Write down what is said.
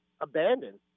abandoned